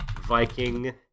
viking